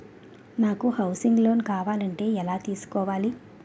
నాకు housing loan కావాలంటే ఎలా తీసుకోవాలి?